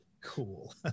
Cool